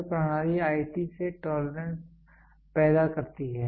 ISO प्रणाली IT से tolerance पैदा करती है